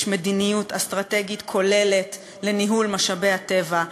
מדיניות אסטרטגית כוללת לניהול משאבי הטבע.